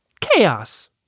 Chaos